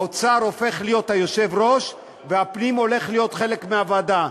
האוצר הופך להיות היושב-ראש והפנים הולך להיות חלק מהוועדה,